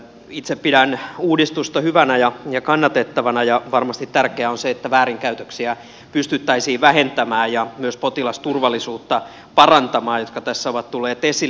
itse pidän uudistusta hyvänä ja kannatettavana ja varmasti tärkeää on se että väärinkäytöksiä pystyttäisiin vähentämään ja myös potilasturvallisuutta parantamaan asioita jotka tässä ovat tulleet esille